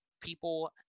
people